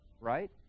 right